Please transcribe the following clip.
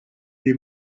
des